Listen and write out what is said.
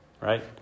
right